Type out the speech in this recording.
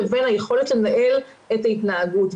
לבין היכולת לנהל את ההתנהגות.